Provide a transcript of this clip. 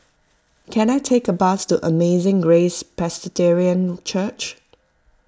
can I take a bus to Amazing Grace Presbyterian Church